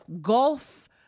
golf